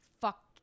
fuck